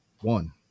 one